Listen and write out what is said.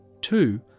Two